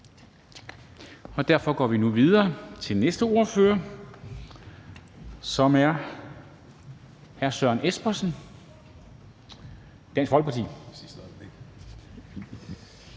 og derfor går vi nu videre til næste ordfører, som er hr. Søren Espersen, Dansk Folkeparti.